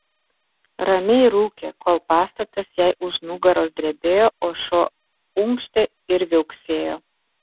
ramiai rūkė kol pastatas jai už nugaros drebėjo o šuo unkštė ir viauksėjo